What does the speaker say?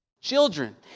children